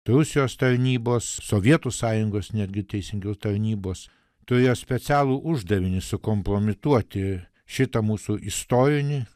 rusijos tarnybos sovietų sąjungos netgi teisingiau tarnybos turėjo specialų uždavinį sukompromituoti šitą mūsų istorinį